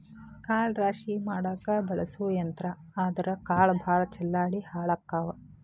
ಕಾಳ ರಾಶಿ ಮಾಡಾಕ ಬಳಸು ಯಂತ್ರಾ ಆದರಾ ಕಾಳ ಭಾಳ ಚಲ್ಲಾಡಿ ಹಾಳಕ್ಕಾವ